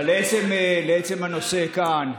אבל לעצם הנושא כאן: